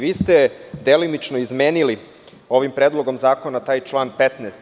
Vi ste delimično izmenili ovim predlogom zakona taj član 15.